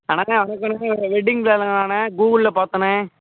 அண்ணே வணக்கண்ணே வெட்டிங் பிளானருங்களாண்ணே கூகுள்ல பார்த்தேன்ணே